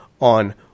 on